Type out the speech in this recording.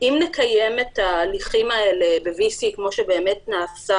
אם נקיים את ההליכים האלה ב-VC כמו שנעשה